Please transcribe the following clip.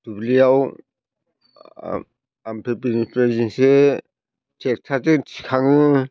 दुब्लियाव ओमफ्राय बेनिफ्रायसो ट्रेक्ट'रजों थिखाङो